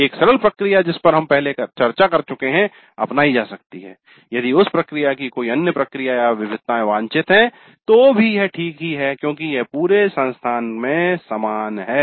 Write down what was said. एक सरल प्रक्रिया जिस पर हम पहले चर्चा कर चुके हैं अपनाई जा सकती है यदि उस प्रक्रिया की कोई अन्य प्रक्रिया या विविधताएं वांछित हैं तो वे भी वह ठीक ही है क्योंकि यह पूरे संस्थान में समान है